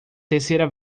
terceira